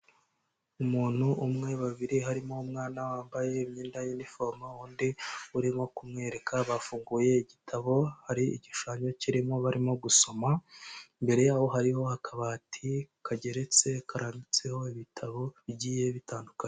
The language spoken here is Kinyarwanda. Umuntu umwe, babiri, harimo umwana wambaye imyenda y'inifomo, undi urimo kumwereka, bafunguye igitabo, hari igishushanyo kirimo barimo gusoma, imbere yaho hariho akabati kageretse, karatseho ibitabo bigiye bitandukanye.